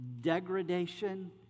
Degradation